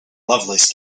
lovelace